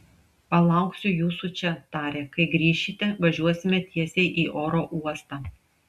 palauksiu jūsų čia tarė kai grįšite važiuosime tiesiai į oro uostą